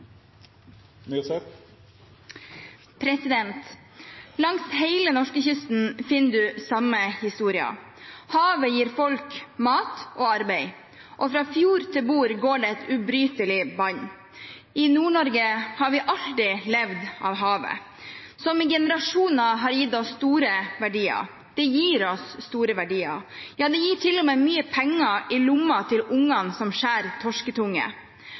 tinget. Langs hele norskekysten finner vi samme historie: Havet gir folk mat og arbeid. Fra fjord til bord går det et ubrytelig bånd. I Nord-Norge har vi alltid levd av havet, som i generasjoner har gitt oss store verdier – og det gir oss store verdier. Ja, det gir til og med mye penger i lomma til ungene som